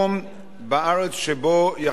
שבו קיימים רשמי נישואין.